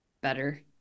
better